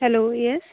hello yes